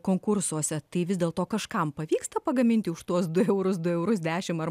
konkursuose tai vis dėlto kažkam pavyksta pagaminti už tuos du eurus du eurus dešim ar